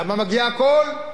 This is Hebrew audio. למה מגיע הכול?